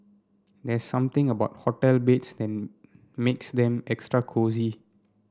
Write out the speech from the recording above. there's something about hotel beds that makes them extra cosy